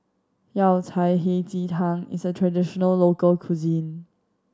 Yao Cai Hei Ji Tang is a traditional local cuisine